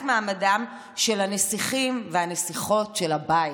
מעמדם של הנסיכים והנסיכות של הבית.